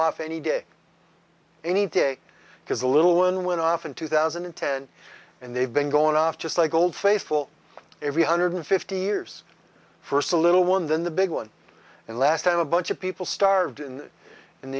off any day any day because the little one went off in two thousand and ten and they've been going off just like old faithful every hundred fifty years first a little one then the big one and last time a bunch of people starved in an